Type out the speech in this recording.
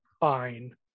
fine